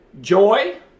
joy